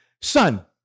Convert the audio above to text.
son